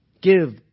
Give